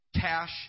cash